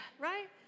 right